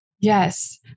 Yes